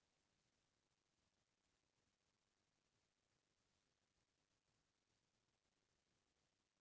जेन हिसाब ले खेत के जोताई करे बर रथे तेन नांगर म जोताई कर लेथें